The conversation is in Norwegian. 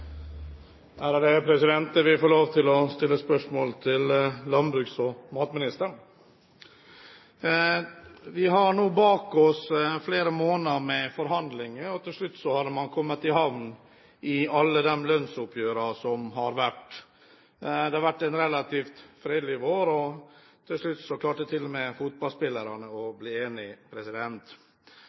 Jeg vil få lov til å stille spørsmål til landbruks- og matministeren. Vi har nå bak oss flere måneder med forhandlinger, og til slutt har man kommet i havn i alle de lønnsoppgjørene som har vært. Det har vært en relativt fredelig vår, og til slutt klarte til og med fotballspillerne å bli